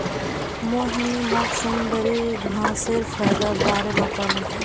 मोहिनी मोक समुंदरी घांसेर फयदार बारे बताले